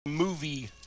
movie